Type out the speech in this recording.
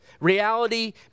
Reality